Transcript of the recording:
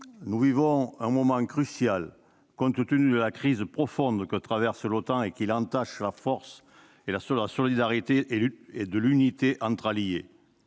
Nous vivons un moment crucial. La crise profonde que traverse l'OTAN entache la force de la solidarité et de l'unité entre alliés.